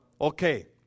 Okay